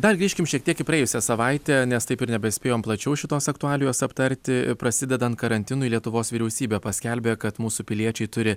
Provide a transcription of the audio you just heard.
dar grįžkim šiek tiek į praėjusią savaitę nes taip ir nebespėjom plačiau šitos aktualijos aptarti prasidedant karantinui lietuvos vyriausybė paskelbė kad mūsų piliečiai turi